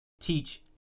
teach